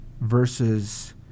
versus